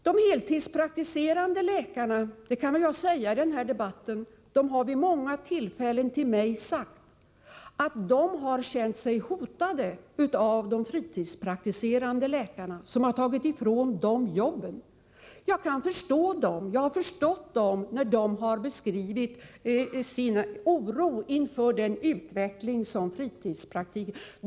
De heltidspraktiserande läkarna har — det kan jag väl avslöja i den här debatten — vid många tillfällen till mig sagt att de har känt sig hotade av de fritidspraktiserande läkarna, som har tagit ifrån dem jobben. Jag har förstått dem när de har beskrivit sin oro inför den utveckling som fritidspraktikerna har haft.